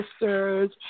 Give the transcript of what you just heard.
sisters